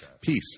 Peace